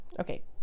Okay